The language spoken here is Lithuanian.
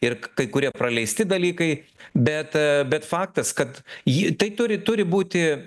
ir k kai kurie praleisti dalykai bet bet faktas kad ji tai turi turi būti